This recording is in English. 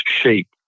shape